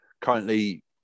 currently